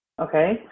Okay